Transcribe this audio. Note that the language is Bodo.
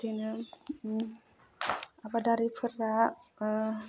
बिदिनो आबादारिफोरा